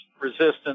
resistance